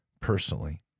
personally